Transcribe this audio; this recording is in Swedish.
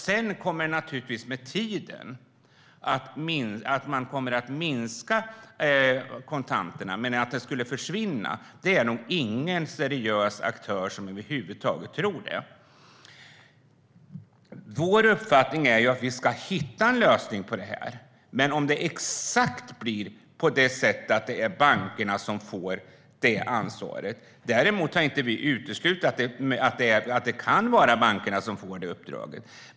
Sedan kommer kontanterna naturligtvis med tiden att minska. Men att de skulle försvinna är det nog ingen seriös aktör som över huvud taget tror. Vår uppfattning är att vi ska hitta en lösning på detta. Men om det exakt blir på det sättet att det är bankerna som får ansvaret vet vi inte. Däremot har vi inte uteslutit att det kan vara bankerna som får uppdraget.